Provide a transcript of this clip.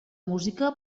música